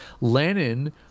Lennon